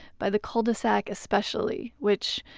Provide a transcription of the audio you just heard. by the cul-de-sac especially, which,